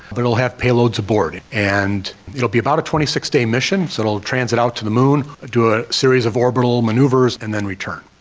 but it'll have payloads aboard. and it'll be about a twenty six day mission so it'll transit out to the moon, do a series of orbital manoeuvres and then return.